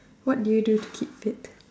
what do you do to keep fit